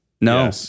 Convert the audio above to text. No